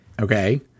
Okay